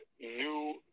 new